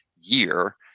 year